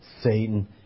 Satan